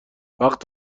وقت